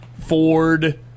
Ford